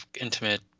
intimate